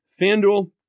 FanDuel